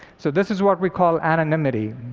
so this is what we call anonymity.